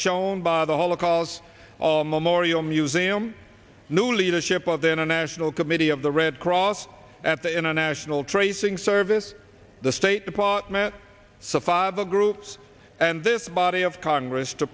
shown by the holocaust memorial museum new leadership of the international committee of the red cross at the international tracing service the state department safaga groups and this body of congress to